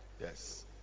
Yes